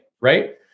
right